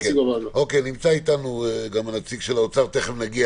נמצא איתנו נציג האוצר ותכף נעלה